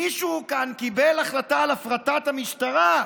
מישהו כאן קיבל החלטה על הפרטת המשטרה?